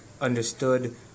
Understood